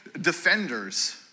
defenders